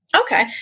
Okay